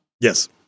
Yes